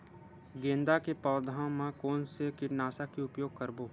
गेंदा के पौधा म कोन से कीटनाशक के उपयोग करबो?